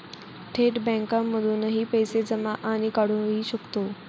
थेट बँकांमधूनही पैसे जमा आणि काढुहि शकतो